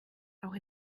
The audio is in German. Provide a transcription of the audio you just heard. auch